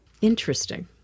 Interesting